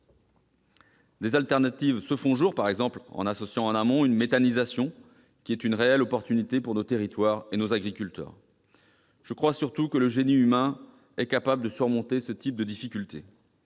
de substitution se font jour : il s'agit par exemple d'associer en amont une méthanisation, qui est une réelle chance à saisir pour nos territoires et nos agriculteurs. Je crois surtout que le génie humain est capable de surmonter ce type de difficultés.